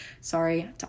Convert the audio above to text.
Sorry